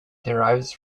derives